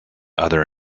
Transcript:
other